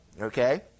okay